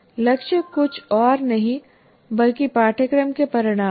लक्ष्य कुछ और नहीं बल्कि पाठ्यक्रम के परिणाम हैं